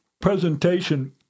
presentation